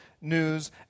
news